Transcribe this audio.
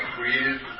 Creative